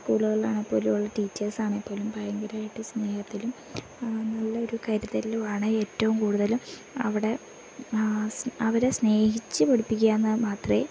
സ്കൂളുകളിലാണെ പോലും ടീച്ചേഴ്സാണേപ്പോലും ഭയങ്കരമായിട്ട് സ്നേഹത്തിലും നല്ലൊരു കരുതലുമാണ് ഏറ്റവും കൂടുതലും അവിടെ സ് അവരെ സ്നേഹിച്ച് പഠിപ്പിക്കുകയെന്നു മാത്രമേ